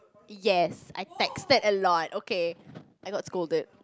yes I texted a lot okay I got scolded